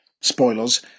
spoilers